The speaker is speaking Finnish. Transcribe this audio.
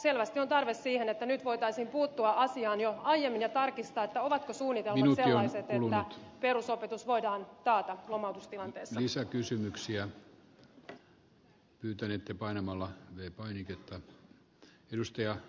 selvästi on tarve siihen että nyt voitaisiin puuttua asiaan jo aiemmin ja tarkistaa ovatko suunnitelmat sellaiset että perusopetus voidaan taata lomautustilanteessa